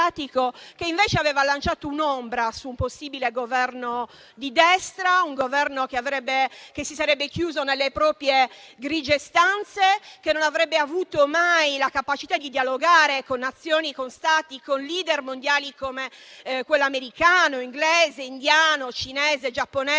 che aveva lanciato un'ombra su un possibile Governo di destra, che si sarebbe chiuso nelle proprie grigie stanze e non avrebbe mai avuto la capacità di dialogare con Nazioni, Stati e *leader* mondiali come quelli americano, inglese, indiano, cinese o giapponese,